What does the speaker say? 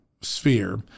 sphere